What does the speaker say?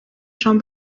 jean